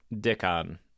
Dickon